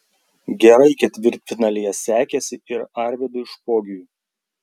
gerai ketvirtfinalyje sekėsi ir arvydui špogiui